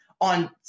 on